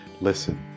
Listen